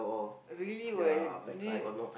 really what you